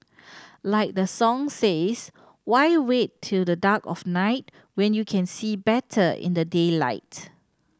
like the song says why wait till the dark of night when you can see better in the daylight